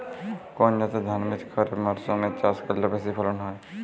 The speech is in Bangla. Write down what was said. কোন জাতের ধানবীজ খরিপ মরসুম এ চাষ করলে বেশি ফলন হয়?